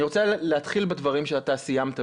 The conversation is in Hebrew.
אני רוצה להתחיל בדברים שאתה סיימת בהם.